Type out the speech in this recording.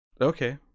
Okay